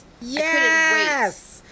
Yes